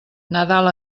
nadal